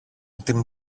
την